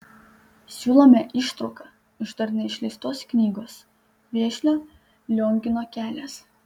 siūlome ištrauką iš dar neišleistos knygos vėžlio liongino kelias